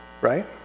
right